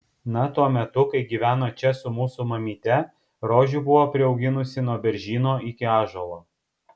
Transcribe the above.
na tuo metu kai gyveno čia su mūsų mamyte rožių buvo priauginusi nuo beržyno iki ąžuolo